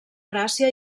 gràcia